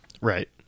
Right